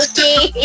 Okay